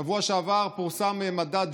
בשבוע שעבר פורסם מדד ג'יני,